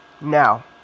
now